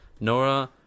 Nora